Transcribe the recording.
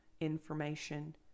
information